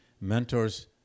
mentors